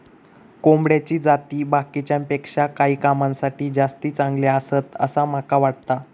कोंबड्याची जाती बाकीच्यांपेक्षा काही कामांसाठी जास्ती चांगले आसत, असा माका वाटता